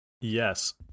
Yes